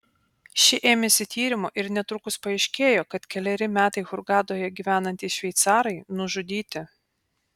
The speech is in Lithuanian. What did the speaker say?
ši ėmėsi tyrimo ir netrukus paaiškėjo kad keleri metai hurgadoje gyvenantys šveicarai nužudyti